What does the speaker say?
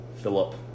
Philip